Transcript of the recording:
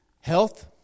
health